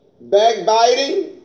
backbiting